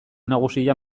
nagusia